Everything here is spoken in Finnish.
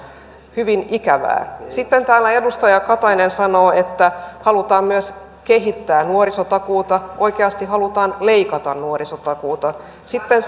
hyvin ikävää sitten täällä edustaja katainen sanoo että halutaan myös kehittää nuorisotakuuta oikeasti halutaan leikata nuorisotakuuta sitten